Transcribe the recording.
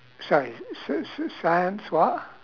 sorry s~ s~ science what